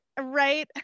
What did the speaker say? Right